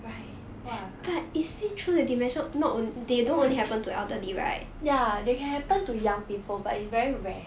right !wah! ya they can happen to young people but is very rare